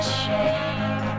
shame